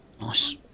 Nice